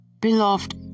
beloved